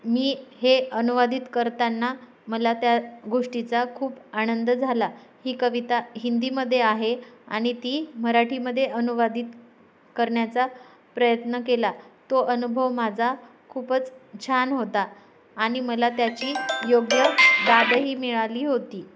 मी हे अनुवादित करताना मला त्या गोष्टीचा खूप आनंद झाला ही कविता हिंदीमध्ये आहे आणि ती मराठीमध्ये अनुवादित करण्याचा प्रयत्न केला तो अनुभव माझा खूपच छान होता आणि मला त्याची योग्य दादही मिळाली होती